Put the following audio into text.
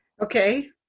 okay